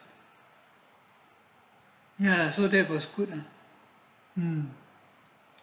ya so that was good lah mm